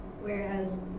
whereas